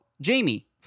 Jamie